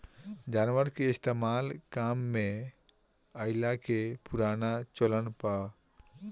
जानवर के इस्तेमाल काम में कइला के पुराना चलन हअ